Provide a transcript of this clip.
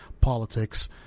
politics